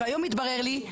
והיום התברר לי,